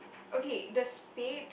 okay the spade